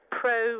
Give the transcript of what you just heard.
pro